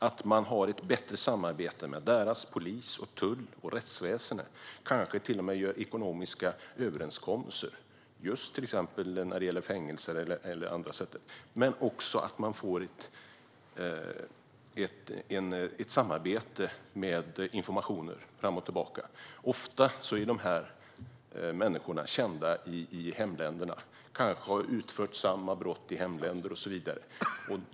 Det behövs ett bättre samarbete med deras polis, tull och rättsväsen, kanske till och med ekonomiska överenskommelser när det gäller fängelser eller andra saker. Det behövs också ett samarbete där informationer skickas fram och tillbaka. Ofta är de här människorna kända i hemländerna, och kanske har de utfört samma brott där.